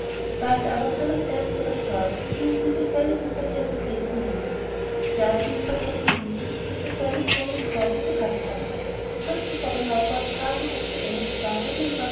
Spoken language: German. bald aber kamen ernstere sorgen die ihn diese kleine bitterkeit vergessen ließen ja die ihn vergessen ließen daß er seines sohnes frau so gehaßt hatte kurz bevor der neubau in grafenhof beendigt war wurde